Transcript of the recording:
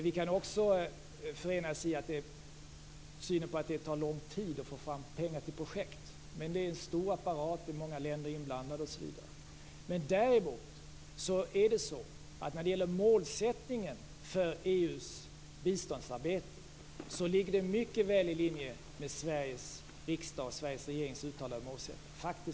Vi kan också förenas i synen på att det tar lång tid att få fram pengar till projekt, men det är ju fråga om en stor apparat med många länder inblandade osv. Däremot ligger faktiskt målsättningen för EU:s biståndsarbete mycket väl i linje med Sveriges riksdags och Sveriges regerings uttalade målsättning.